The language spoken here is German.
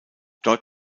dort